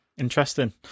Interesting